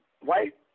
white